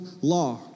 law